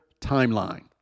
timeline